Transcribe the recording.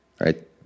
Right